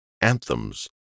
anthems